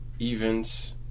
events